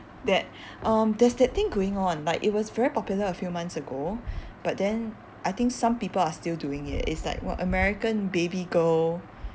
that um there's that thing going on like it was very popular a few months ago but then I think some people are still doing it it's like what american baby girl